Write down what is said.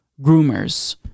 groomers